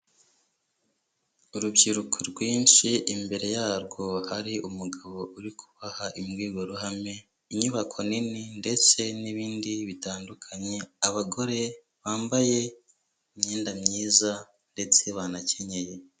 Urubyiruko rwinshi, imbere yarwo hari umugabo uri kubaha imbwirwaruhame, inyubako nini ndetse n'ibindi bitandukanye, abagore bambaye imyenda myiza ndetse banakenyeye.